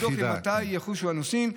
שכדאי לבדוק מתי יחושו הנוסעים,